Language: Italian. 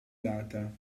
data